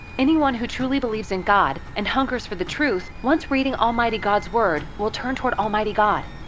anyone who truly believes in god and hungers for the truth once reading almighty god's word will turn toward almighty god.